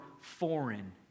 foreign